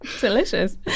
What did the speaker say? delicious